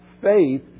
faith